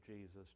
Jesus